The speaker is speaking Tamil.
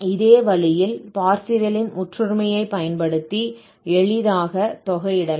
இதே வழியில் பர்சேவல் Parseval's ன் முற்றொருமையை பயன்படுத்தி எளிதாக தொகையிடலாம்